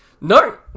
no